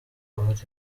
bari